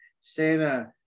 Santa